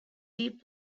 deep